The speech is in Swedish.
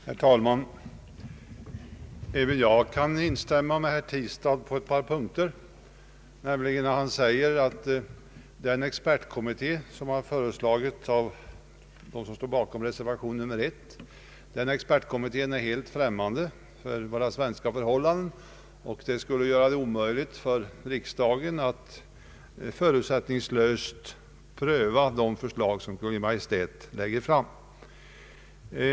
Herr talman! Även jag kan instämma med herr Tistad på en punkt, nämligen när han säger att den expertkommitté som har föreslagits av dem som står bakom reservation nr 1 är helt främmande för våra svenska förhållanden, vilket skulle göra det omöjligt för riksdagen att förutsättningslöst pröva de förslag som Kungl. Maj:t lägger fram.